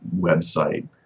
website